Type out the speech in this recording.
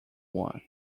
one